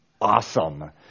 awesome